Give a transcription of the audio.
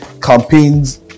campaigns